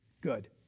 Good